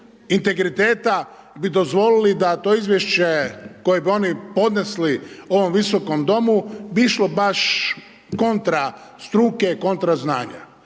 integriteta bi dozvolili da to izvješće koje bi oni podnesli ovom Visokom domu bi išlo baš kontra struke, kontra znanja.